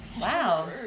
Wow